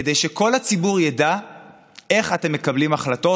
כדי שכל הציבור ידע איך אתם מקבלים החלטות,